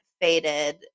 faded